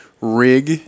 rig